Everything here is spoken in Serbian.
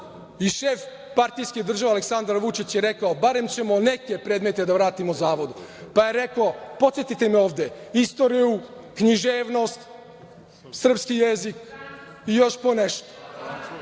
i šef partijske države Aleksandar Vučić je rekao - barem ćemo neke predmete da vratimo Zavodu. Pa je rekao, podsetite me ovde, istoriju, književnost, srpski jezik i još po nešto.